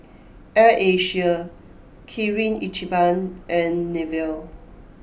Air Asia Kirin Ichiban and Nivea